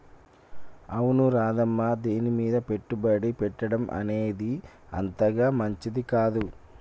అవును రాధమ్మ దీనిమీద పెట్టుబడి పెట్టడం అనేది అంతగా మంచిది కాదు